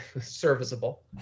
serviceable